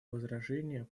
возражения